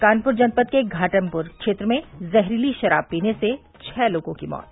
कानपुर जनपद के घाटमपुर क्षेत्र में जहरीली शराब पीने से छ लोगों की मौत